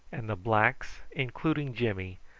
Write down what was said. and the blacks, including jimmy,